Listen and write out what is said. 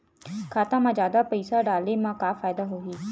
खाता मा जादा पईसा डाले मा का फ़ायदा होही?